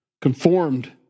conformed